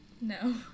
No